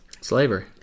Slavery